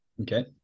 okay